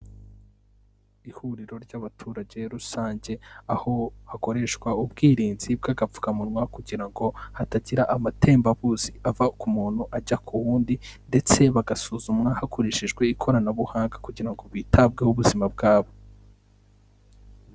Ihuriro ry'abaturage rusange aho hakoreshwa ubwirinzi bw'agapfukamunwa kugira ngo hatagira amatembabuzi ava ku muntu ajya ku wundi ndetse bagasuzumwa hakoreshejwe ikoranabuhanga kugira ngo bitabweho ubuzima bwabo.